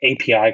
API